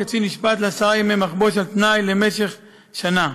הקצין נשפט לעשרה ימי מחבוש על תנאי למשך שנה.